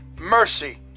mercy